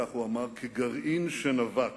כך הוא אמר, "כגרעין שנבט.